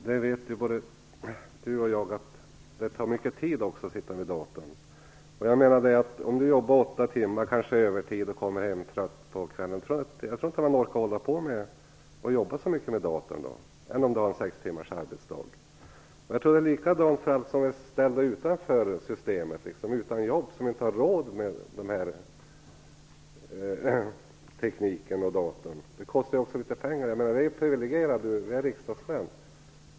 Herr talman! Både Margitta Edgren och jag vet att det tar mycket tid att sitta vid datorn. Om man arbetar åtta timmar och kanske övertid och kommer hem trött på kvällen, så tror jag inte att man orkar jobba så mycket med datorn. Det är skillnad om man har sex timmars arbetsdag. Jag tror att detsamma gäller dem som är ställda utanför systemet, de som är utan jobb och som inte har råd med en dator. Det kostar ju en del pengar. Vi är ju privilegierade, eftersom vi är riksdagsmän.